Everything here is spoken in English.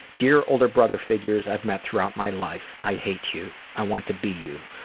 dear older brother figures i've met throughout my life. i hate you. i want to be you.